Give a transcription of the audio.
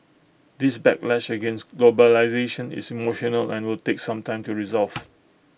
this backlash against globalisation is emotional and will take some time to resolve